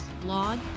blog